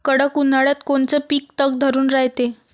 कडक उन्हाळ्यात कोनचं पिकं तग धरून रायते?